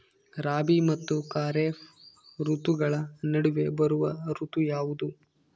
ರಾಬಿ ಮತ್ತು ಖಾರೇಫ್ ಋತುಗಳ ನಡುವೆ ಬರುವ ಋತು ಯಾವುದು?